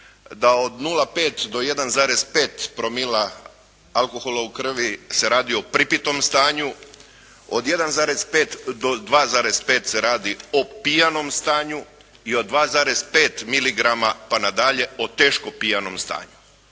da od 0,5 do 1,5 promila alkohola u krvi se radi o pripitom stanju. Od 1,5 do 2,5 se radi o pijanom stanju i od 2,5 miligrama pa nadalje o teško pijanom stanju.